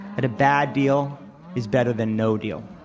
that a bad deal is better than no deal.